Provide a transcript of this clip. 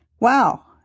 Wow